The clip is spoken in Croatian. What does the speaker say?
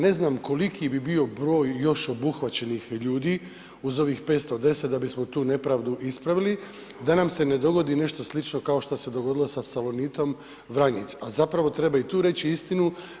Ne znam koliko bi bio broj još obuhvaćenih ljudi uz ovih 510 da bismo tu nepravdu ispravili da nam se ne dogodi nešto slično kao što se dogodilo sa Salonitom Vranjic, a zapravo treba i tu reći istinu.